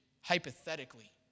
hypothetically